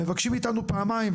מבקשים מאיתנו פעמיים,